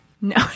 No